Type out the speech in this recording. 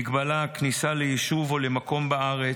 מגבלה על כניסה ליישוב או למקום בארץ,